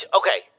okay